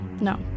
No